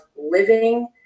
living